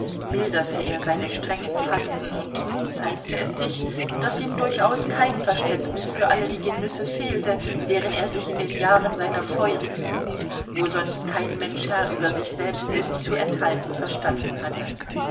milderte er seine strengen fasten und nun zeigte es sich daß ihm durchaus kein verständnis für alle die genüsse fehlte deren er sich in den jahren seiner feurigen jugend wo sonst kein mensch herr über sich selbst ist zu enthalten verstanden hatte